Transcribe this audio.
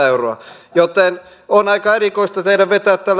euroa joten on aika erikoista teidän vetää tällaisia johtopäätöksiä